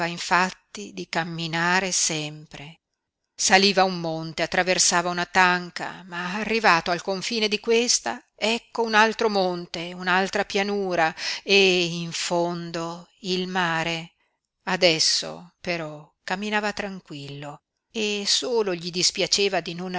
infatti di camminare sempre saliva un monte attraversava una tanca ma arrivato al confine di questa ecco un altro monte un'altra pianura e in fondo il mare adesso però camminava tranquillo e solo gli dispiaceva di non